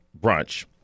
brunch